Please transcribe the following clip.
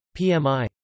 PMI